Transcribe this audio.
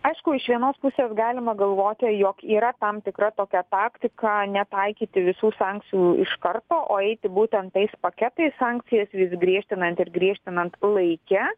aišku iš vienos pusės galima galvoti jog yra tam tikra tokia taktika netaikyti visų sankcijų iš karto o eiti būtent tais paketais sankcijas vis griežtinant ir griežtinant laike